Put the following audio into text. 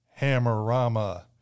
Hammerama